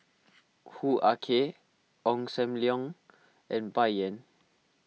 Hoo Ah Kay Ong Sam Leong and Bai Yan